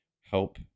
Help